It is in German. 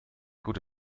gute